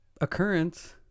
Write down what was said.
occurrence